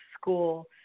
school